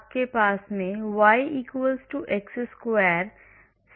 dydx 2x y x2 dydx 2x हमने school में पढ़ाई की होगी